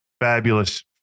Fabulous